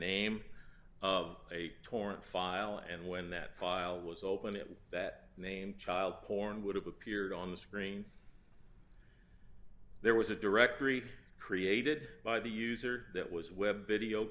name of a torrent file and when that file was open it was that name child porn would have appeared on the screen there was a directory created by the user that was web video